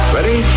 Ready